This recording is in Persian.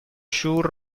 شور